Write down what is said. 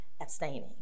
abstaining